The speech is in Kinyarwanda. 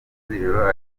z’ijoro